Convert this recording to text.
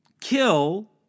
kill